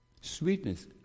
Sweetness